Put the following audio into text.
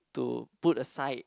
to put aside